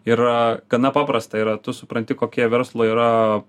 yra gana paprasta yra tu supranti kokie verslo yra